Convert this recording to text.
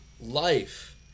life